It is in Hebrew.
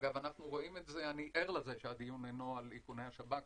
אגב, אני ער לזה שהדיון אינו על איכוני השב"כ.